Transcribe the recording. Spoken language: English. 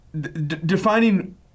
defining